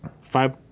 five